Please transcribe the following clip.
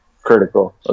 critical